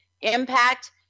Impact